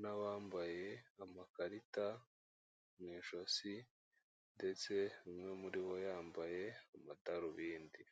n'abambaye amakarita mu ijosi ndetse umwe muri bo yambaye amadarubindi.